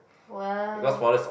!wow!